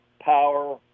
power